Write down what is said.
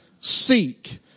seek